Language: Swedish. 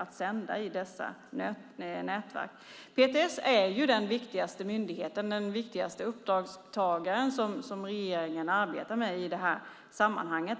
att sända. PTS är den viktigaste myndigheten och den viktigaste uppdragstagaren som regeringen arbetar med i det här sammanhanget.